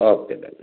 okay thank you